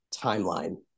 timeline